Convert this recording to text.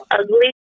ugly